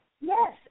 yes